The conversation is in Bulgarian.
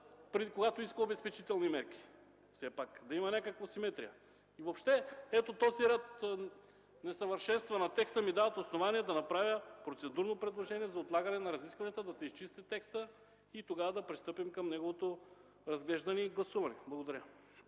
когато иска обезпечителни мерки. Все пак да има някаква симетрия. Този ред несъвършенства на текста ми дават основания да направя процедурно предложение за отлагане на разискванията, да се изчисти текстът и тогава да пристъпим към неговото разглеждане и гласуване. Благодаря.